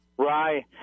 Right